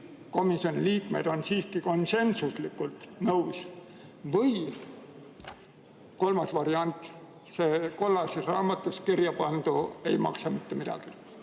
komisjoni liikmed on siiski konsensuslikult nõus? Või kolmas variant: kollases raamatus kirjapandu ei maksa mitte midagi?